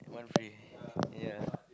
one free yeah